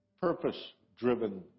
purpose-driven